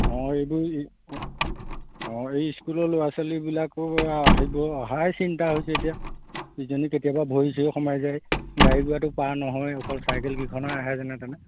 অঁ এইবোৰ এই অঁ এই ইস্কুলৰ ল'ৰা ছোৱালীবিলাকো আহিব অহাই চিন্তা হৈছে এতিয়া কিজানি কেতিয়াবা ভৰি চৰি সোমাই যায় গাড়ী গুড়াটো পাৰ নহয় অকল চাইকেলকিখনহে আহে যেনেতেনে